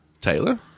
Taylor